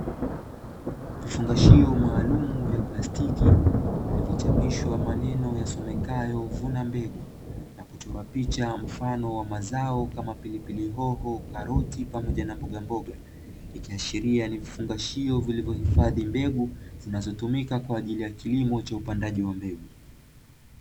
Vifungashio maalumu vya plastiki vilivyochapishwa maneno yasomekayo "vuna mbegu", na kuchorwa picha mfano wa mazao kama vile pilipili hoho, karoti pamoja na mbogamboga, ikiashiria ni vifungashio vilivyohifadhi mbegu zinazotumika kwa ajili ya kilimo cha upandaji wa mbegu.